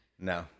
No